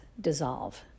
dissolve